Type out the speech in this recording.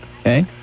Okay